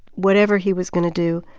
whatever he was going to do,